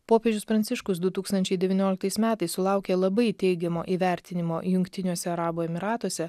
popiežius pranciškus du tūkstančiai devynioliktais metais sulaukė labai teigiamo įvertinimo jungtiniuose arabų emyratuose